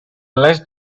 less